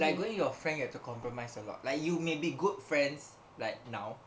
like going with your friend you have to compromise a lot like you may be good friends